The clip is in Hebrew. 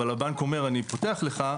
אבל הבנק אומר אני פותח לך,